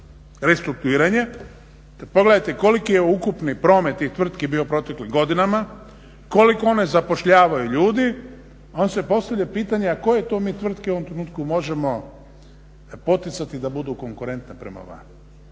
restrukturiranje, kada pogledate koliki je ukupni promet tvrtki bio u proteklim godinama, koliko one zapošljavaju ljudi onda se postavlja pitanje, a koje to mi tvrtke u ovome trenutku možemo poticati da budu konkurentne prema van.